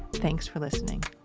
thanks for listening